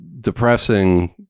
depressing